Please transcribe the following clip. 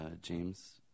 James